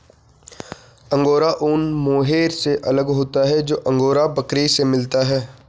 angora ऊन mohair से अलग होता है जो अंगोरा बकरी से मिलता है